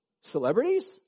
Celebrities